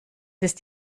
ist